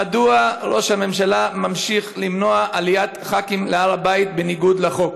1. מדוע ראש הממשלה ממשיך למנוע עליית ח"כים להר הבית בניגוד לחוק?